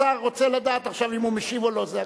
השר רוצה לדעת עכשיו אם הוא משיב או לא, זה הכול,